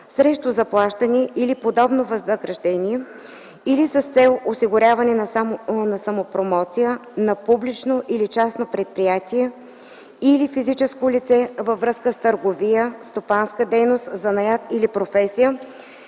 срещу заплащане или подобно възнаграждение или с цел осигуряване на самопромоция на публично или частно предприятие или физическо лице във връзка с търговия, стопанска дейност, занаят или професия,